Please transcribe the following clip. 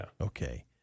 Okay